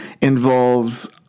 involves